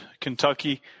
Kentucky